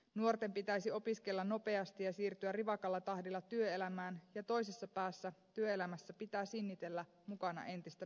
nuorten pitäisi opiskella nopeasti ja siirtyä rivakalla tahdilla työelämään ja toisessa päässä työelämää pitää sinnitellä mukana entistä pidempään